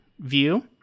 view